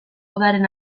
udaren